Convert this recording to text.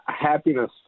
happiness